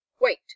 Wait